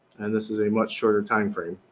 and this is a much shorter time frame.